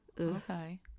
Okay